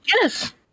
Yes